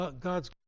God's